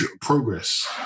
progress